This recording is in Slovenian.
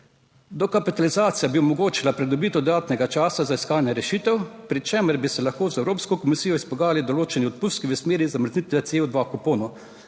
Dokapitalizacija bi omogočila pridobitev dodatnega časa za iskanje rešitev, pri čemer bi se lahko z Evropsko komisijo izpogajali določeni odpustki v smeri zamrznitve CO2 kuponov,